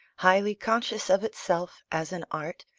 highly conscious of itself as an art,